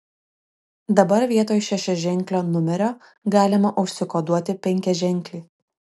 dabar vietoj šešiaženklio numerio galima užsikoduoti penkiaženklį